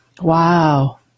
Wow